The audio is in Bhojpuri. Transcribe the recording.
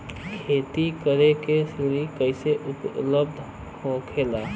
खेती करे के ऋण कैसे उपलब्ध होखेला?